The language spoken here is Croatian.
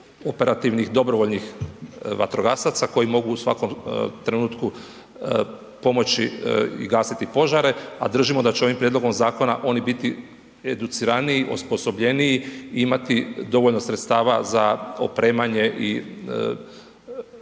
operativnih dobrovoljnih vatrogasaca koji mogu u svakom trenutku pomoći gasiti požare, a držimo da će ovim prijedlogom zakona oni biti educiraniji, osposobljeniji i imati dovoljno sredstava za opremanje i djelovanje